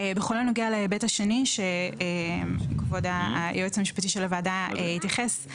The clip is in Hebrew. בכל הנוגע להיבט השני שכבוד היועץ המשפטי לוועדה התייחס,